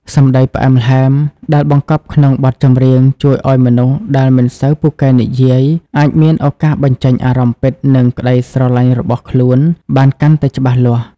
សម្តីផ្អែមល្ហែមដែលបង្កប់ក្នុងបទចម្រៀង ជួយឱ្យមនុស្សដែលមិនសូវពូកែនិយាយ អាចមានឱកាសបញ្ចេញអារម្មណ៍ពិត និងក្តីស្រឡាញ់របស់ខ្លួនបានកាន់តែច្បាស់លាស់។